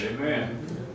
Amen